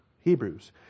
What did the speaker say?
Hebrews